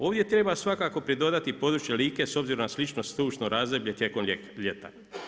Ovdje treba svakako pridodati područje Like s obzirom na slično sušno razdoblje tijekom ljeta.